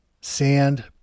sand